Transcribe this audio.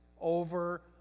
over